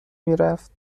میرفت